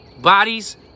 Bodies